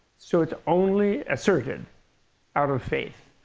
so it's only asserted out of faith